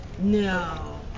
no